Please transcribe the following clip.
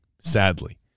sadly